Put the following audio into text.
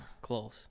Close